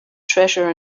treasure